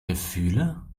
gefühle